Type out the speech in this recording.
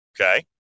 Okay